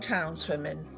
Townswomen